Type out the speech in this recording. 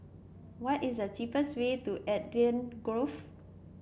what is the cheapest way to Eden Grove